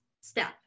step